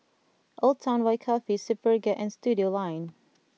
Old Town White Coffee Superga and Studioline